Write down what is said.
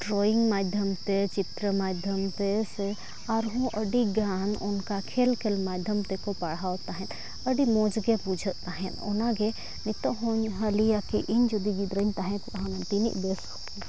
drawing ᱢᱟᱫᱽᱫᱷᱚᱢ ᱛᱮ ᱪᱤᱛᱨᱚ ᱢᱟᱫᱽᱫᱷᱚᱢ ᱛᱮ ᱥᱮ ᱟᱨᱦᱚᱸ ᱟᱹᱰᱤᱜᱟᱱ ᱚᱱᱠᱟ ᱠᱷᱮᱞ ᱠᱷᱮᱞ ᱢᱚᱫᱽᱫᱷᱚᱢ ᱛᱮᱠᱚ ᱯᱟᱲᱦᱟᱣ ᱛᱟᱦᱮᱸᱫ ᱟᱹᱰᱤ ᱢᱚᱡᱽᱜᱮ ᱵᱩᱡᱷᱟᱹᱜ ᱛᱟᱦᱮᱸᱫ ᱚᱱᱟᱜᱮ ᱱᱤᱛᱳᱜ ᱦᱚᱸᱧ ᱞᱟᱹᱭᱟ ᱠᱤ ᱡᱩᱫᱤ ᱜᱤᱫᱽᱨᱟᱹᱧ ᱛᱟᱦᱮᱸ ᱠᱚᱜᱼᱟ ᱦᱩᱱᱟᱹᱝ ᱛᱤᱱᱟᱹᱜ ᱵᱮᱥ